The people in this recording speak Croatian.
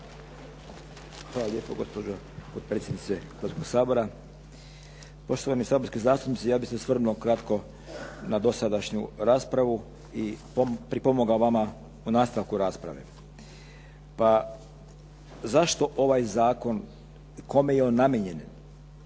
Hvala lijepo gospođo potpredsjednice Hrvatskoga sabora. Poštovani saborski zastupnici ja bih se osvrnuo kratko na dosadašnju raspravu i pripomogao vama u nastavku rasprave. Pa zašto ovaj zakon, kome je on namijenjen?